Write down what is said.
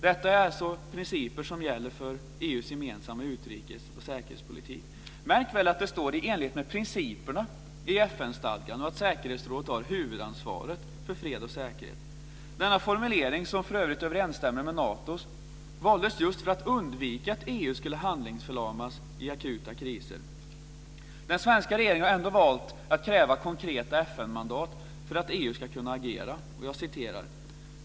Detta är alltså principer som gäller för EU:s gemensamma utrikes och säkerhetspolitik. Märk väl att det står "i enlighet med principerna" i FN-stadgan och att säkerhetsrådet har huvudansvaret för fred och säkerhet. Denna formulering, som för övrigt överensstämmer med Natos, valdes just för att undvika att EU skulle handlingsförlamas i akuta kriser. Den svenska regeringen har ändå valt att kräva konkreta FN-mandat för att EU ska kunna agera.